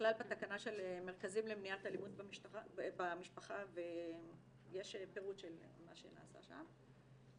נכלל בתקנה של מרכזים למניעת אלימות במשפחה ויש פירוט של מה שנעשה שם.